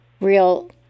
real